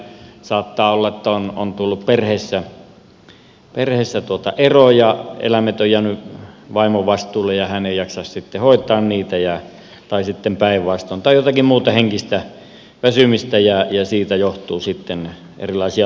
saattaa olla että on tullut perheessä ero ja eläimet ovat jääneet vaimon vastuulle ja hän ei jaksa sitten hoitaa niitä tai sitten päinvastoin tai jotakin muuta henkistä väsymistä ja siitä johtuu sitten erilaisia laiminlyöntejä